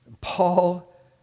Paul